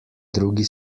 drugi